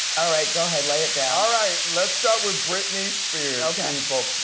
ah right, go ahead, lay it down. all right, let's start with britney spears, people.